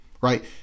Right